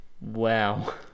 Wow